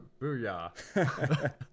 Booyah